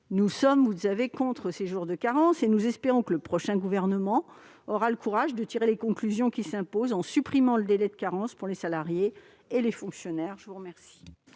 Nous sommes opposés, vous le savez, à ces jours de carence et nous espérons que le prochain gouvernement aura le courage de tirer les conclusions qui s'imposent, en supprimant ce délai pour les salariés et les fonctionnaires. Je mets aux voix